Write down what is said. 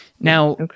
Now